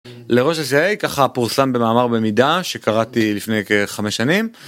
לראש ה-CIA ככה פורסם במאמר במידה שקראתי לפני כחמש שנים.